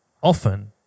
often